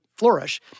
flourish